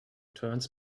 turns